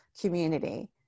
community